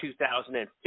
2015